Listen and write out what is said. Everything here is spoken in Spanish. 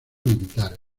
militar